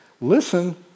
listen